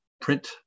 print